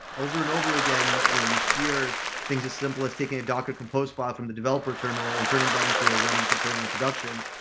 over and over again, you you hear things as simple as taking a docker composed file from the developer terminal and turning that into a running container for production,